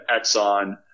Exxon